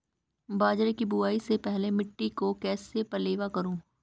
बाजरे की बुआई से पहले मिट्टी को कैसे पलेवा करूं?